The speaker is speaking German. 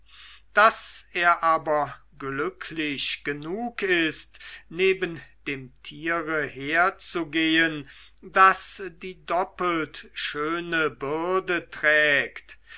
daß er aber glücklich genug ist neben dem tiere herzugehen das die doppelt schöne bürde trägt